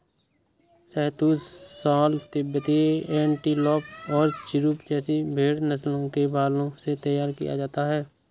शहतूश shawl तिब्बती antelope और चिरु जैसी भेड़ नस्लों के बालों से तैयार किया जाता है